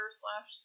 slash